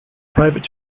private